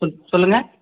சொல்லுங்கள்